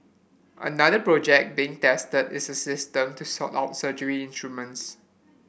another project being tested is a system to sort out surgery instruments